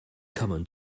common